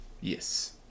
Yes